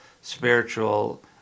spiritual